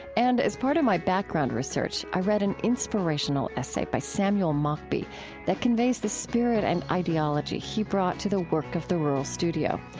and as part of my background research, i read and inspirational essay by samuel mockbee that conveys the spirit and ideology he brought to the work of the rural studio.